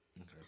Okay